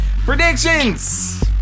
Predictions